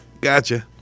Gotcha